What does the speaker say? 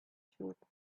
sheep